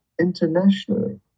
internationally